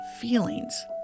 feelings